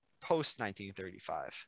Post-1935